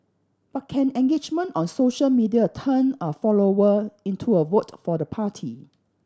but can engagement on social media turn a follower into a vote for the party